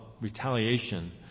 retaliation